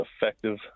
effective